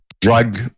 drug